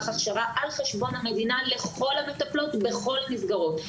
הכשרה על חשבון המדינה לכל המטפלות בכל המסגרות,